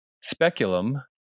Speculum